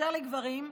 באשר לגברים,